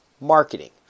marketing